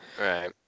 Right